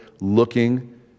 looking